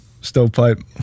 stovepipe